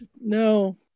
No